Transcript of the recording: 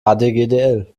hdgdl